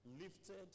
lifted